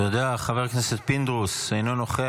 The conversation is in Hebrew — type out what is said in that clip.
תודה רבה, אדוני היושב